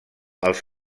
als